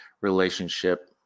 relationship